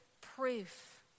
proof